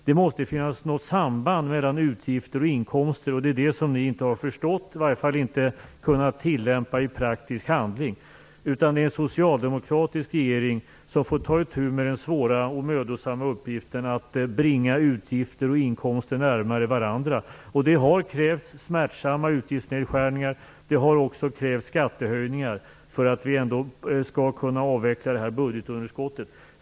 Det måste finnas något samband mellan utgifter och inkomster, och det är det som ni inte har förstått eller i varje fall inte har kunnat tillämpa i praktisk handling. Det är i stället en socialdemokratisk regering som får ta itu med den svåra och mödosamma uppgiften att bringa utgifter och inkomster närmare varandra. Det har krävts smärtsamma utgiftsnedskärningar, och det har också krävts skattehöjningar för att vi ändå skall kunna avveckla det här budgetunderskottet.